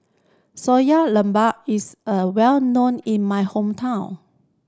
sayur is a well known in my hometown